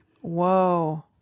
Whoa